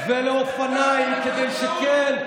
ולאופניים כדי שכן,